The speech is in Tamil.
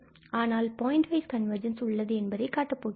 ஆனால் பாயிண்ட் வைஸ் கன்வர்ஜென்ஸ் உள்ளது என்பதை காட்டப் போகிறோம்